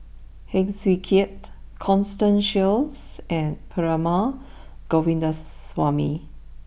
Heng Swee Keat Constance Sheares and Perumal Govindaswamy